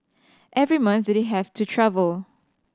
every month they have to travel